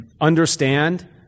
understand